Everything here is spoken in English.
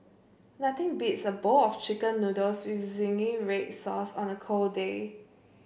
nothing beats a bowl of chicken noodles with zingy red sauce on a cold day